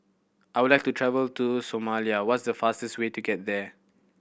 I would like to travel to Somalia what's the fastest way there